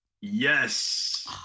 Yes